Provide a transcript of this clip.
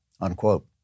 unquote